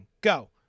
Go